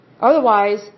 Otherwise